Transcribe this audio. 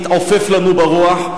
התעופף לנו ברוח,